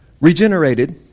regenerated